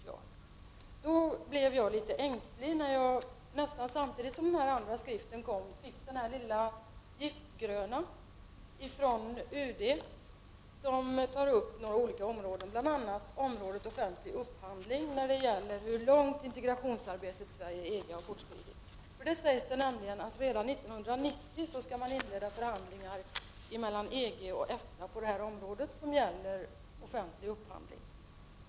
Jag blev litet ängslig när jag, nästan samtidigt som denna skrift utkom, fick en annan, liten giftgrön skrift ftån UD. Denna tar upp några olika områden, bl.a. området offentlig upphandling vad gäller hur långt arbetet i fråga om integration mellan Sverige och EG har fortskridit. I skriften sägs det nämligen att man redan 1990 skall inleda förhandlingarna mellan EG och EFTA på området offentlig upphandling.